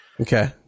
Okay